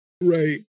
right